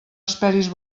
esperis